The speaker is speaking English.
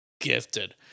gifted